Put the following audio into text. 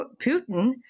Putin